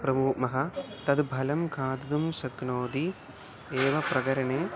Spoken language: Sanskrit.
तत् फलं खादितुं शक्नोति एव प्रकरणे